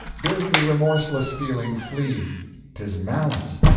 bid the remorseless feeling flee tis malice,